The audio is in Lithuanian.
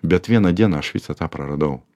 bet vieną dieną aš visą tą praradau